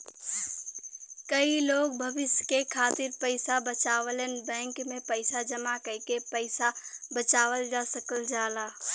कई लोग भविष्य के खातिर पइसा बचावलन बैंक में पैसा जमा कइके पैसा बचावल जा सकल जाला